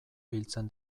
biltzen